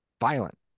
violent